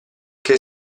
che